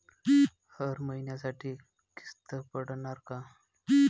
हर महिन्यासाठी किस्त पडनार का?